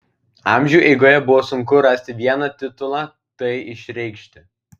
amžių eigoje buvo sunku rasti vieną titulą tai išreikšti